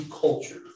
culture